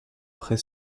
après